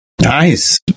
Nice